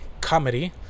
Comedy